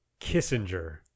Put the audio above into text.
Kissinger